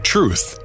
Truth